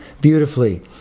beautifully